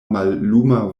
malluma